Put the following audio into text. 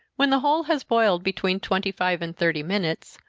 when the whole has boiled between twenty-five and thirty minutes,